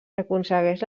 aconsegueix